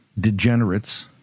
Degenerates